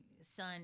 son